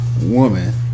woman